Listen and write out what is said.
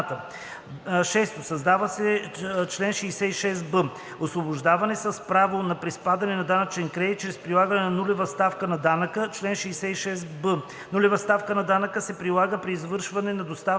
6. Създава се чл. 66б: „Освобождаване с право на приспадане на данъчен кредит чрез прилагане на нулева ставка на данъка Чл. 66б. Нулева ставка на данъка се прилага при извършване на доставки